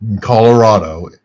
Colorado